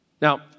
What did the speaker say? Now